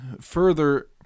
further